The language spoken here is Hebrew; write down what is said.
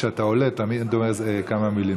כשאתה עולה תמיד אתה אומר כמה מילים.